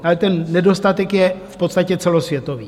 Ale ten nedostatek je v podstatě celosvětový.